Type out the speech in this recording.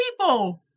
people